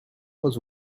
was